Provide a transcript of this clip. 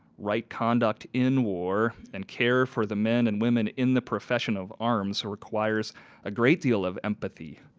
right conduct in war and care for the men and women in the profession of arms requires a great deal of empathy.